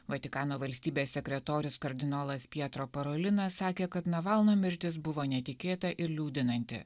vatikano valstybės sekretorius kardinolas pietro parolinas sakė kad navalno mirtis buvo netikėta ir liūdinanti